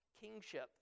kingship